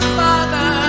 father